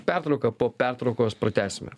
pertrauką po pertraukos pratęsime